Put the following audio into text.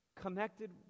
connected